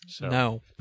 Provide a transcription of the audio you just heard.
No